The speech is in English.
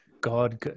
God